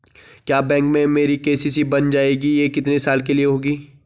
क्या बैंक में मेरी के.सी.सी बन जाएगी ये कितने साल के लिए होगी?